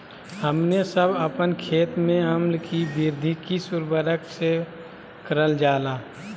हमने सब अपन खेत में अम्ल कि वृद्धि किस उर्वरक से करलजाला?